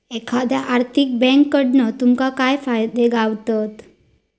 एखाद्या आर्थिक बँककडना तुमका काय फायदे गावतत?